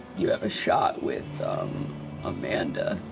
you have a shot with amanda.